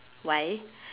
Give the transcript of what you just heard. why